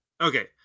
Okay